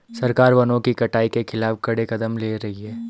सरकार वनों की कटाई के खिलाफ कड़े कदम ले रही है